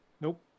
Nope